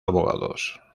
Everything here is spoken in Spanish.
abogados